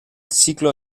ciclo